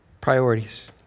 priorities